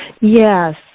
Yes